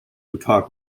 uttar